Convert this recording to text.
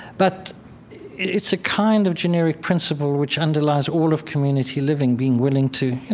but it's a kind of generic principle which underlies all of community living, being willing to, you